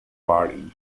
party